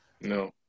No